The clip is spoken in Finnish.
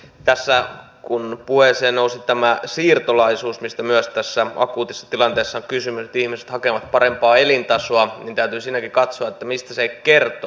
tässä kun puheeseen nousi tämä siirtolaisuus mistä myös tässä akuutissa tilanteessa on kysymys siitä että ihmiset hakevat parempaa elintasoa niin täytyy siinäkin katsoa mistä se kertoo